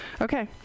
Okay